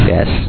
Yes